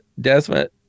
Desmond